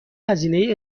هزینه